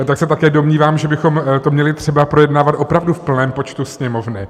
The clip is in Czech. Také se domnívám, že bychom to měli třeba projednávat opravdu v plném počtu Sněmovny.